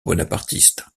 bonapartiste